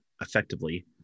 effectively